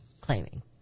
claiming